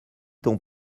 ton